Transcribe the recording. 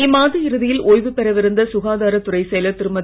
இம்மாத இறுதியில் ஓய்வு பெறவிருந்த சுகாதாரத் துறை செயலர் திருமதி